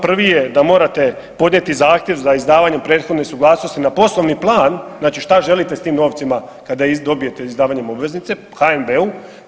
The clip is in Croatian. Prvi je da morate podnijeti zahtjev za izdavanje prethodne suglasnosti na poslovni plan dakle što želite s tim novcima kada ih dobijete izdavanjem obveznice HNB-u.